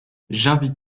j’invite